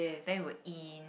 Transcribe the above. there were in